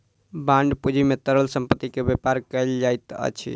bond पूंजी में तरल संपत्ति के व्यापार कयल जाइत अछि